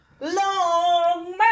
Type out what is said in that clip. Long